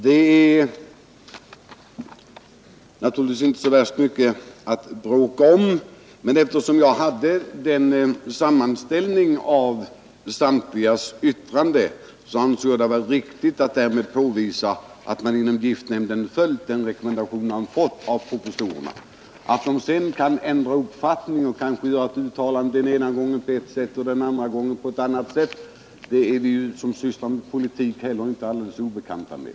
Det är alltså inte så värst mycket att bråka om, men eftersom jag hade denna sammanställning av samtligas yttranden, ansåg jag att det var riktigt att därmed påvisa att man inom giftnämnden följt den rekommendation man fått av experterna. Att de sedan kan ändra uppfattning och kan göra uttalanden den ena gången på ett sätt och den andra gången på ett annat, är vi som sysslar med politik inte alldeles obekanta med.